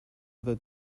other